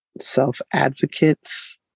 self-advocates